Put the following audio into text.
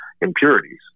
impurities